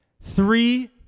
three